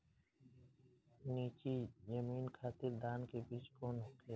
नीची जमीन खातिर धान के बीज कौन होखे?